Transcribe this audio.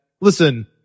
Listen